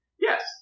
yes